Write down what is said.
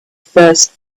first